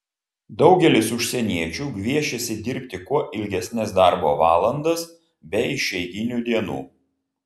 daugelis užsieniečių gviešiasi dirbti kuo ilgesnes darbo valandas be išeiginių dienų